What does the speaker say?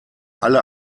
alle